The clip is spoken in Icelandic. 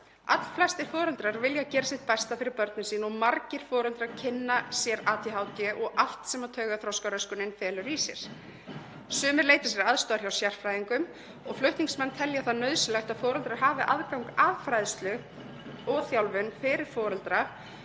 Allflestir foreldrar vilja gera sitt besta fyrir börnin sín og margir foreldrar kynna sér ADHD og allt sem taugaþroskaröskunin felur í sér. Sumir leita sér aðstoðar hjá sérfræðingum. Flutningsmenn telja það nauðsynlegt að foreldrar hafi aðgang að fræðslu og þjálfun fyrir foreldra